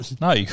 No